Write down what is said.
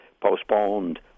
postponed